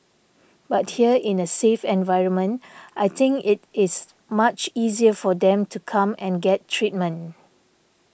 but here in a safe environment I think it is much easier for them to come and get treatment